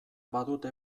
badute